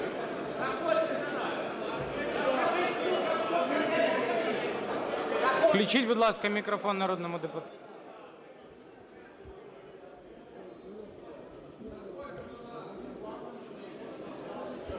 Включіть, будь ласка, мікрофон народному депутату.